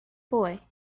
boy